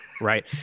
right